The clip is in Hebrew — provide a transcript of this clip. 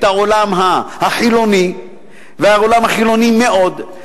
את העולם החילוני והעולם החילוני מאוד.